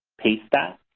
paste that.